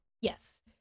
Yes